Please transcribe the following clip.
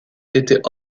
étaient